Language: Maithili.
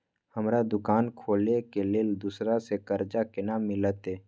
हमरा दुकान खोले के लेल दूसरा से कर्जा केना मिलते?